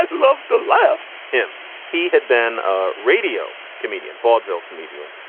loved to love him he had been ah radio comedian, vaudeville comedian,